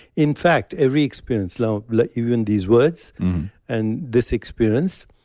in fact, every experience, like like even these words and this experience,